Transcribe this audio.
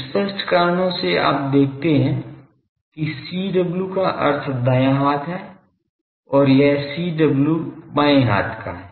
स्पष्ट कारणों से आप देखते हैं कि CW का अर्थ दायां हाथ है और यह CW बाएं हाथ का है